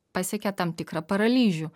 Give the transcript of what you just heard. pasiekia tam tikrą paralyžių